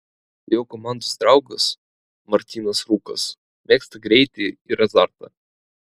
jo komandos draugas martynas rūkas mėgsta greitį ir azartą